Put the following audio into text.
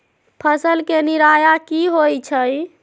फसल के निराया की होइ छई?